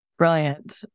Brilliant